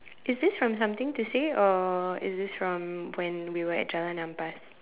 is this from something to say or is this from when we were at Jalan-Ampas